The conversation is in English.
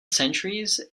centuries